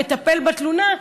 מטפל בתלונה,